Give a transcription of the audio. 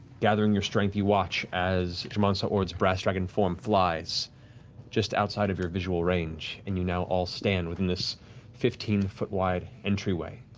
gathering your strength, you watch as j'mon sa ord's brass dragon form flies just outside of your visual range. and you now all stand within this fifteen foot wide entryway.